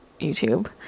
YouTube